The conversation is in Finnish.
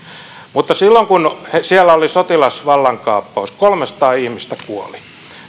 eteenpäin silloin kun siellä oli sotilasvallankaappaus kolmesataa ihmistä kuoli